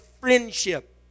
friendship